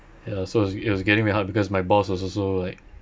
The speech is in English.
ya so it was it was getting very hard because my boss was also like